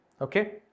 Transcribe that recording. okay